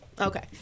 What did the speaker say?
Okay